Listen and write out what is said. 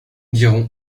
dirons